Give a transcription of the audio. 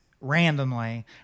randomly